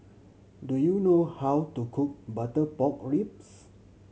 do you know how to cook butter pork ribs